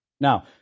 Now